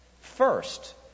first